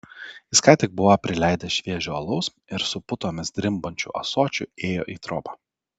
jis ką tik buvo prileidęs šviežio alaus ir su putomis drimbančiu ąsočiu ėjo į trobą